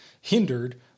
hindered